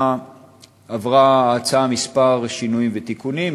עברה ההצעה כמה שינויים ותיקונים,